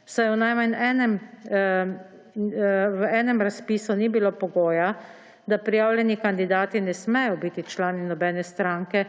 v enem razpisu ni bilo pogoja, da prijavljeni kandidati ne smejo biti člani nobene stranke,